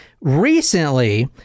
recently